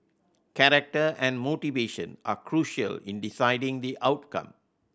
character and motivation are crucial in deciding the outcome